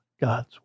God's